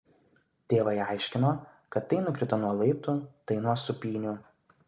tėvai aiškino kad tai nukrito nuo laiptų tai nuo sūpynių